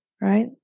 right